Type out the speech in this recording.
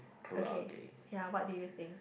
okay ya what do you think